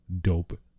Dope